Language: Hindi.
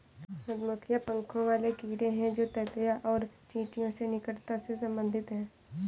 मधुमक्खियां पंखों वाले कीड़े हैं जो ततैया और चींटियों से निकटता से संबंधित हैं